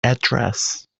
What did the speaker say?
address